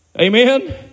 Amen